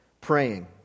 praying